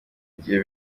gihe